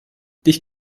dich